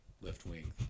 left-wing